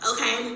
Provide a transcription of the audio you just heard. Okay